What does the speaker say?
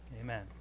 Amen